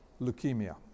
Leukemia